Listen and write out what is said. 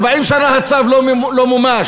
40 שנה הצו לא מומש.